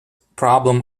problem